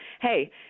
hey